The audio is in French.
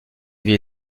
vie